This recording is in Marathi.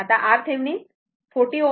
आता RThevenin 40 Ω